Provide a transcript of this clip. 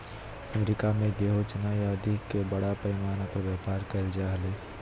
America में गेहूँ, चना आदि के बड़ा पैमाना पर व्यापार कइल जा हलय